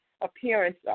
appearance